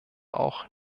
auch